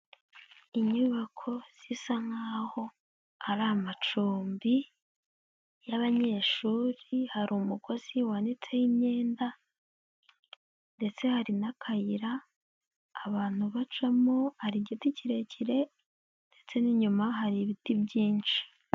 Inyubako zisa nkaho ari amacumbi y'abanyeshuri, hari umugozi wanitseho imyenda ndetse hari n'akayira abantu bacamo, hari igiti kirekire ndetse n'inyuma hari ibiti byinshi.